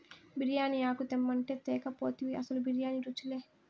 బిర్యానీ ఆకు తెమ్మంటే తేక పోతివి అసలు బిర్యానీ రుచిలే